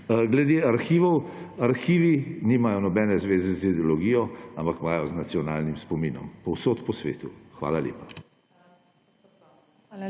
Glede arhivov; arhivi nimajo nobene zveze z ideologijo, ampak imajo z nacionalnim spominom. Povsod po svetu. Hvala lepa.